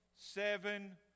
seven